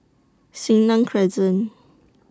Senang Crescent